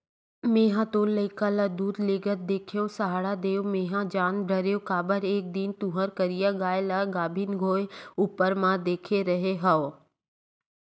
मेंहा तोर लइका ल दूद लेगत देखेव सहाड़ा देव मेंहा जान डरेव काबर एक दिन तुँहर करिया गाय ल गाभिन होय ऊपर म देखे रेहे हँव